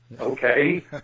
Okay